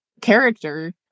character